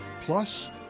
plus